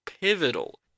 pivotal